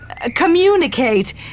Communicate